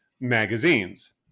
magazines